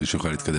כדי שנוכל להתקדם.